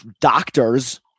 doctors